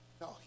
no